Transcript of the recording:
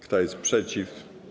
Kto jest przeciw?